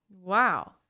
Wow